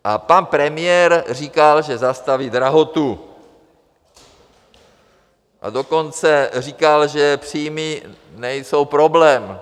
A pan premiér říkal, že zastaví drahotu, a dokonce říkal, že příjmy nejsou problém.